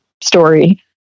story